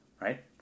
Right